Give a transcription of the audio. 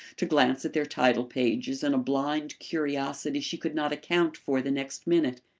to glance at their title-pages in a blind curiosity she could not account for the next minute.